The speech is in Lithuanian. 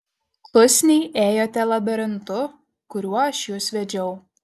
klusniai ėjote labirintu kuriuo aš jus vedžiau